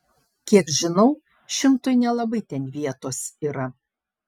kiek žinau šimtui nelabai ten vietos yra